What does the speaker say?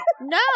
no